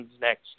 next